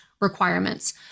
requirements